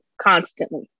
constantly